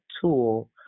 tool